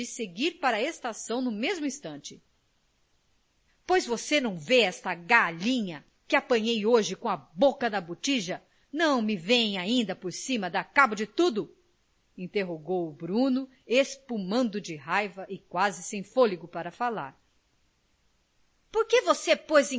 seguir para a estação no mesmo instante pois você não vê esta galinha que apanhei hoje com a boca na botija não me vem ainda por cima dar cabo de tudo interrogou o bruno espumando de raiva e quase sem fôlego para falar porque você pôs